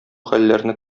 хәлләрне